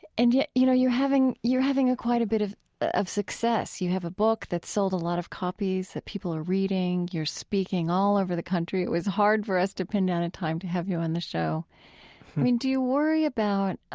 and yet, you know, you're having you're having a quite a bit of of success. you have a book that sold a lot of copies, that people are reading. you're speaking all over the country. it was hard for us to pin down a time to have you on the show. i mean, do you worry about